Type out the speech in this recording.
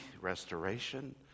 restoration